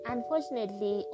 Unfortunately